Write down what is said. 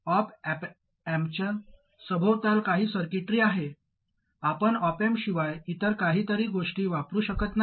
op अँपच्या सभोवताल काही सर्किटरी आहे आपण ऑप अँप शिवाय इतर कोणत्याही गोष्टी वापरु शकत नाही